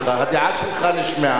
והדעה שלך נשמעה.